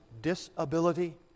disability